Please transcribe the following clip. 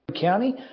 County